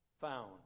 found